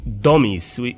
dummies